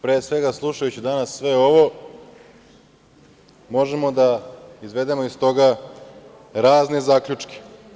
Pre svega, slušajući danas sve ovo, možemo da izvedemo iz toga razne zaključke.